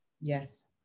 yes